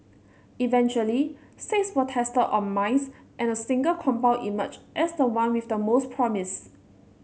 eventually six were tested on mice and a single compound emerged as the one with the most promise